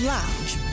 Lounge